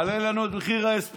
הלו, זה יעלה לנו את מחיר האספרסו.